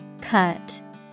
Cut